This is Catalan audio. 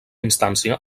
instància